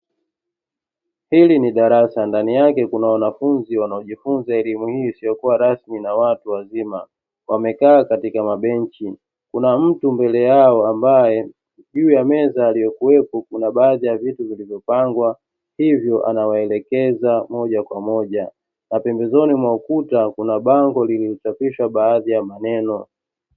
Hili ni darasa ndani yake kuna wanafunzi wanaojifunza elimu hii isiyokuwa rasmi na watu wazima, wamekaa katika mabenchi; kuna mtu mbele yao ambaye juu ya meza aliyekuwepo kuna baadhi ya vitu vilivyopangwa, hivyo anawaelekeza moja kwa moja na pembezoni mwa ukuta kuna bango lililochapishwa baadhi ya maneno.